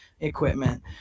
equipment